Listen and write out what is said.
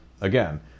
Again